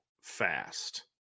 fast